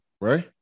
right